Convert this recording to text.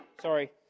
Sorry